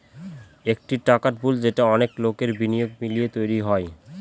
একটি টাকার পুল যেটা অনেক লোকের বিনিয়োগ মিলিয়ে তৈরী হয়